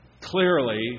Clearly